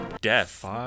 Death